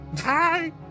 Hi